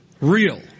real